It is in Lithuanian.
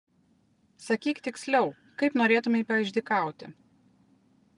sakyk tiksliau kaip norėtumei paišdykauti